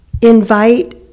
invite